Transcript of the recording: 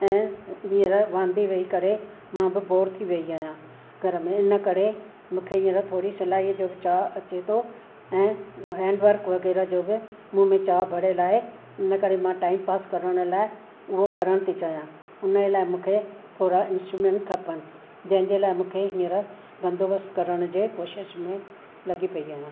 ऐं हींअर वांदी वेही करे मां बि बोरु थी वई आहियां घर में इन करे मूंखे हींअर थोरी सिलाईअ जो विचारु अचे थो ऐं हैंड वर्क वग़ैरह जो बि मूं विचारु भरियलु आहे इन करे मां टाइम पास करण लाइ उहो करण थी चाहियां उनजे लाइ मूंखे थोरा इंस्ट्रूमेंट खपनि जंहिंजे लाइ मूंखे हींअर बंदोबस्त करण जे कोशिशि में लॻी पई आहियां